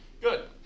Good